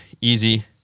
easy